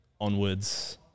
onwards